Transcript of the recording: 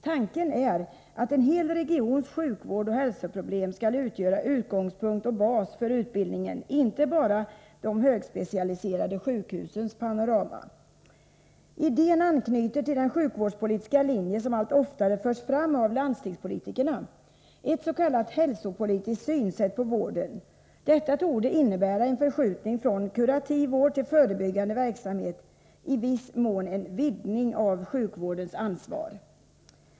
Tanken är att en hel regions sjukvård och hälsoproblem skall utgöra utgångspunkt och bas för utbildningen — inte bara de högspecialiserade sjukhusens panorama. Idén anknyter till den sjukvårdspolitiska linje som allt oftare förs fram av landstingspolitikerna — ett s.k. hälsopolitiskt synsätt på vården. Detta torde innebära en förskjutning från kurativ vård till förebyggande verksamhet, i viss mån en vidgning av sjukvårdens ansvar.